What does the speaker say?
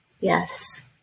Yes